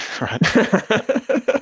Right